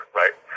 right